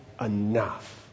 enough